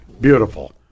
Beautiful